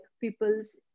people's